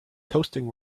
toasting